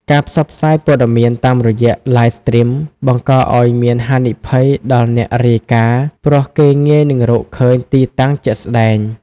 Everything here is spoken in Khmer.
ការផ្សព្វផ្សាយព័ត៌មានតាមរយៈ Live Stream បង្កឱ្យមានហានិភ័យដល់អ្នករាយការណ៍ ព្រោះគេងាយនឹងរកឃើញទីតាំងជាក់ស្តែង។